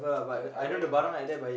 I I went